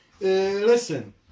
listen